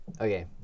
okay